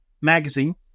magazine